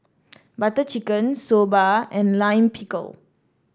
Butter Chicken Soba and Lime Pickle